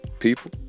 people